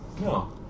No